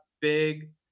big